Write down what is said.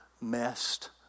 messed